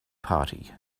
party